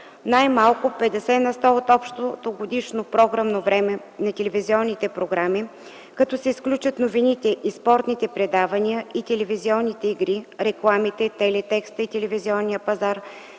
Най-малко 50 на сто от общото годишно програмно време на телевизионните програми, като се изключат новините и спортните предавания и телевизионните игри, рекламите, телетекстът и телевизионният пазар,